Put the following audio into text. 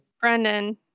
Brendan